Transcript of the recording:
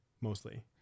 Mostly